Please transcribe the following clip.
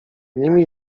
nimi